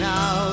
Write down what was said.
Now